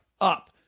up